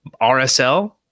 RSL